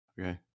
Okay